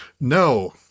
No